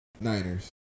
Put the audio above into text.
Niners